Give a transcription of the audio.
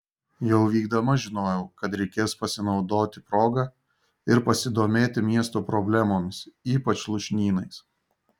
jau vykdama žinojau kad reikės pasinaudoti proga ir pasidomėti miesto problemomis ypač lūšnynais